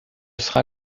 sera